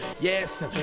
yes